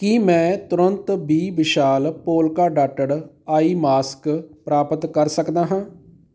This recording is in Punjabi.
ਕੀ ਮੈਂ ਤੁਰੰਤ ਬੀ ਵਿਸ਼ਾਲ ਪੋਲਕਾ ਡਾਟਡ ਆਈ ਮਾਸਕ ਪ੍ਰਾਪਤ ਕਰ ਸਕਦਾ ਹਾਂ